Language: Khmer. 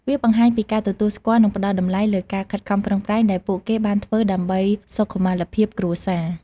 វាបង្ហាញពីការទទួលស្គាល់ និងផ្ដល់តម្លៃលើការខិតខំប្រឹងប្រែង ដែលពួកគេបានធ្វើដើម្បីសុខុមាលភាពគ្រួសារ។